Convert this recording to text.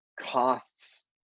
costs